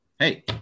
Hey